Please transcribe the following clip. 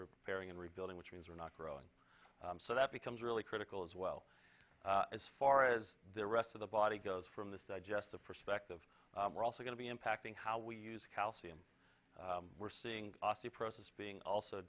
repairing and rebuilding which means we're not growing so that becomes really critical as well as far as the rest of the body goes from this digestive perspective we're also going to be impacting how we use calcium we're seeing osteoporosis being also